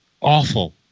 awful